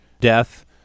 death